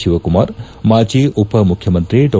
ಶಿವಕುಮಾರ್ ಮಾಜಿ ಉಪಮುಖ್ಯಮಂತ್ರಿ ಡಾ